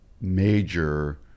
major